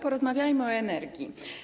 Porozmawiajmy o energii.